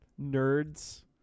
nerds